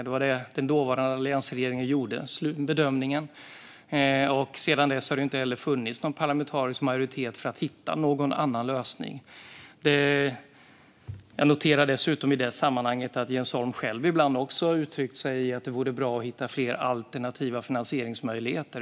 Det var den bedömning som dåvarande alliansregering gjorde. Sedan dess har det inte funnits någon parlamentarisk majoritet för att hitta någon annan lösning. Jag noterar dessutom i det sammanhanget att Jens Holm själv ibland också har uttryckt att det vore bra att hitta fler alternativa finansieringsmöjligheter.